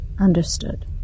Understood